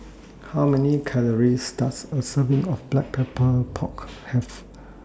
How Many Calories Does A Serving of Black Pepper Pork Have